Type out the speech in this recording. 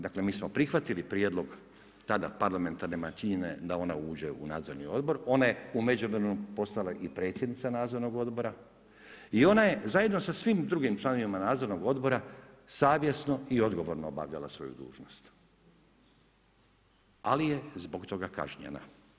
Dakle, mi smo prihvatili tada prijedlog tada parlamentarne manjine da onda uđe u nadzorni odbor, ona je u međuvremenu ostala i predsjednica nadzornog odbora i ona je zajedno sasvim drugim članovima nadzornog odbora savjesno i odgovorno obavljala svoju dužnost ali je zbog toga kažnjena.